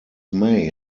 may